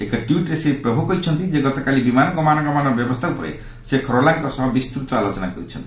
ଏକ ଟ୍ୱିଟ୍ରେ ଶ୍ରୀ ପ୍ରଭୁ କହିଛନ୍ତି ଯେ ଗତକାଲି ବିମାନ ଗମନାଗମନ ବ୍ୟବସ୍ଥା ଉପରେ ସେ ଖରୋଲାଙ୍କ ସହ ବିସ୍ଚୃତ ଆଲୋଚନା କରିଛନ୍ତି